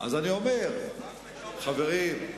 אז אני אומר: חברים,